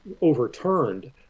overturned